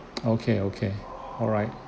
okay okay alright